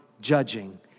judging